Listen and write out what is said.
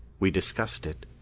we discussed it.